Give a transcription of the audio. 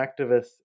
activists